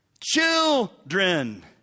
children